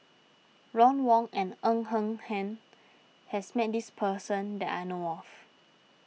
Ron Wong and Ng Eng Hen has met this person that I know of